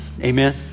Amen